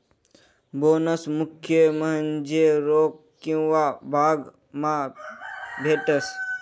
bonus मुख्य म्हन्जे रोक किंवा भाग मा भेटस